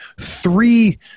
Three